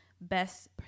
best